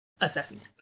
assessment